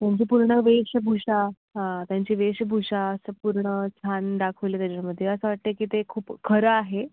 त्यांची पूर्ण वेशभूषा हां त्यांची वेशभूषा असं पूर्ण छान दाखवली आहे त्याच्यामध्ये असं वाटतं आहे की ते खूप खरं आहे